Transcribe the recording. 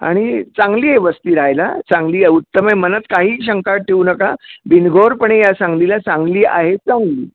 आणि चांगली आहे वस्ती राहायला चांगली आहे उत्तम आहे मनात काही शंका ठेऊ नका बिनघोरपणे या सांगलीला सांगली आहे चांगली